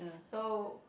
so